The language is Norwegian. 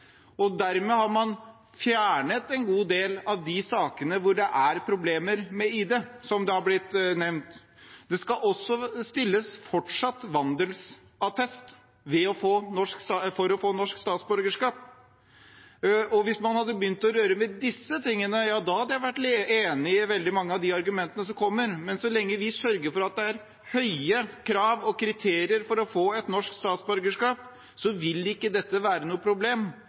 og dermed har man fjernet en god del av de sakene hvor det er problemer med ID, som er blitt nevnt. Det skal også fortsatt stilles krav om vandelsattest for å få norsk statsborgerskap. Hvis man hadde begynt å røre ved disse tingene – ja, da hadde jeg vært enig i veldig mange av de argumentene som kommer. Men så lenge vi sørger for at det er høye krav og strenge kriterier for å få et norsk statsborgerskap, vil ikke dette være noe problem.